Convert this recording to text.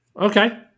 Okay